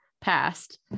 passed